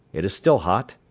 it is still hot.